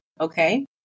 okay